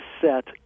set